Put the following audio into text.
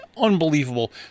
unbelievable